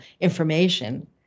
information